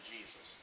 Jesus